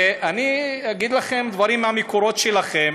ואני אגיד לכם דברים מהמקורות שלכם: